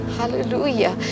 Hallelujah